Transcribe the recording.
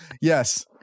Yes